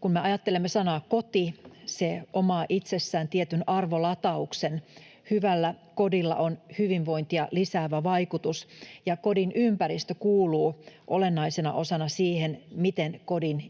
Kun me ajattelemme sanaa ”koti”, se omaa itsessään tietyn arvolatauksen. Hyvällä kodilla on hyvinvointia lisäävä vaikutus, ja kodin ympäristö kuuluu olennaisena osana siihen, miten